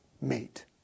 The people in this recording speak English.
mate